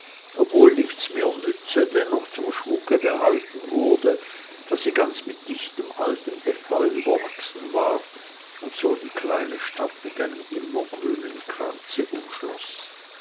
obwohl nichts mehr nütze dennoch zum schmucke beibehalten wurde da sie ganz mit dichtem altem efeu überwachsen war und so die kleine stadt mit einem immergrünen kranze